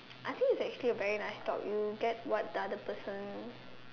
I think it's actually a very nice talk you get what the other person